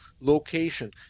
location